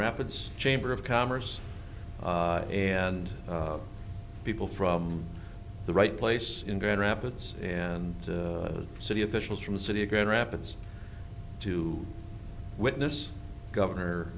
rapids chamber of commerce and people from the right place in grand rapids and city officials from the city of grand rapids to witness governor